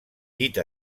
dit